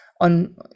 on